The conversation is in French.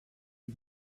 une